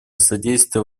содействия